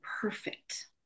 perfect